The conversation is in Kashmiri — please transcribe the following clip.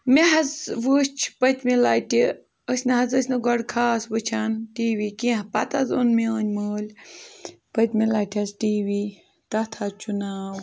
مےٚ حظ وُچھ پٔتۍمہِ لَٹہِ أسۍ نہ حظ ٲسۍ نہٕ گۄڈٕ خاص وٕچھان ٹی وی کینٛہہ پَتہٕ حظ اوٚن میٛٲنۍ مٲلۍ پٔتۍمہِ لَٹہِ حظ ٹی وی تَتھ حظ چھُ ناو